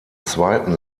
zweiten